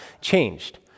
changed